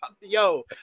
Yo